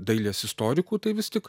dailės istorikų tai vis tik